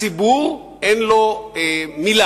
לציבור אין מלה.